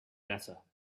letter